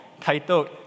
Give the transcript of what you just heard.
titled